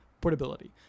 portability